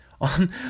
on